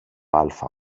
άλφα